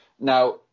Now